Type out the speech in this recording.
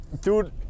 Dude